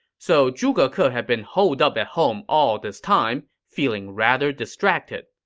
so zhuge ke ah had been holed up at home all this time, feeling rather distracted.